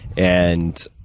and,